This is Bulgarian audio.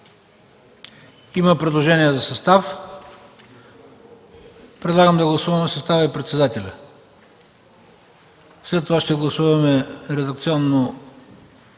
предложение за състав. Предлагам да гласуваме състава и председателя, а след това ще гласуваме редакционно